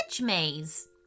maze